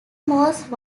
most